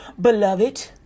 beloved